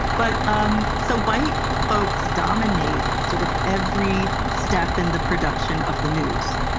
but um so white folks dominate sort of every step in the production of the news.